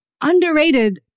Underrated